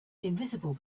invisible